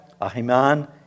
ahiman